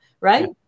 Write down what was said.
right